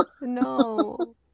No